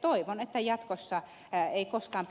toivon että jatkossa ei koskaan